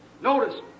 Notice